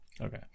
okay